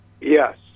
Yes